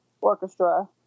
orchestra